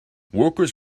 workers